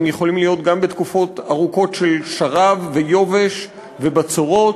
הם יכולים להיות גם בתקופות ארוכות של שרב ויובש ובצורות.